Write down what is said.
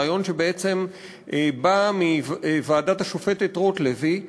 רעיון שבעצם בא מוועדת השופטת רוטלוי,